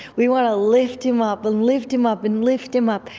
we want to lift him up and lift him up and lift him up.